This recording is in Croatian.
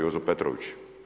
Jozo Petrović.